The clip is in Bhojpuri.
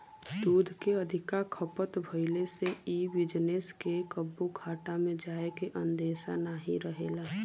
दूध के अधिका खपत भइले से इ बिजनेस के कबो घाटा में जाए के अंदेशा नाही रहेला